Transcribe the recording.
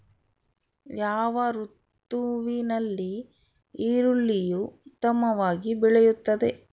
ಯಾವ ಋತುವಿನಲ್ಲಿ ಈರುಳ್ಳಿಯು ಉತ್ತಮವಾಗಿ ಬೆಳೆಯುತ್ತದೆ?